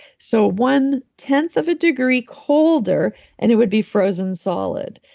so one tenth of a degree colder and it would be frozen solid.